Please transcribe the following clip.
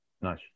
Nice